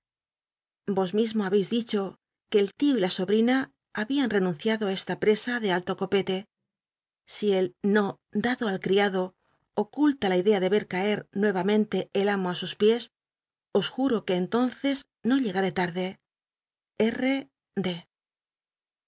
vos mismo habeis dicho que el tío y la sobrina habian renunciado i est a presa de alto copete si el no dado al criado oculta la idea de re caer nuevamente el amo á sus piés os juro que entonces no llcgaré tarde